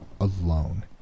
Alone